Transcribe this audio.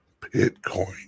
Bitcoin